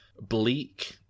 bleak